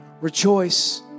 Rejoice